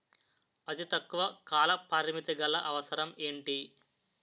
అతి తక్కువ కాల పరిమితి గల అవసరం ఏంటి